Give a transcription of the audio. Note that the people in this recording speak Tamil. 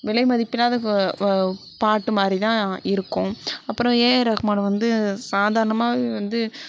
விலை மதிப்பில்லாத கோ பாட்டு மாதிரி தான் இருக்கும் அப்புறம் ஏஆர் ரஹ்மான் வந்து சாதாரணமாகவே வந்து